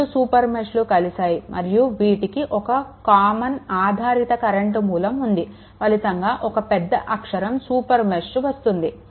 రెండు సూపర్ మెష్లు కలిశాయి మరియు వీటికి ఒక కామన్ ఆధారిత కరెంట్ మూలం ఉంది ఫలితంగా ఒక పెద్ద అక్షరం సూపర్ మెష్ వస్తుంది